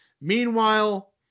Meanwhile